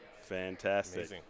Fantastic